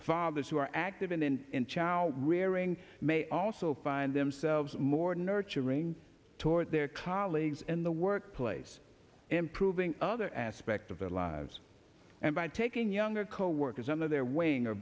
fathers who are active in in in chow rearing may also find themselves more nurturing toward their colleagues in the workplace improving other aspect of their lives and by taking younger coworkers under their wing or